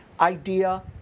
idea